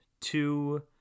two